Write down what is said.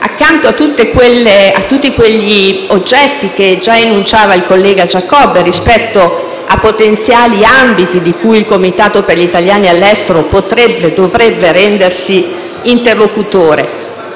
accanto a tutti quelli già enunciati dal collega Giacobbe, rispetto a potenziali ambiti di cui il Comitato per gli italiani all'estero potrebbe e dovrebbe rendersi interlocutore.